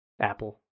Apple